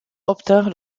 obtinrent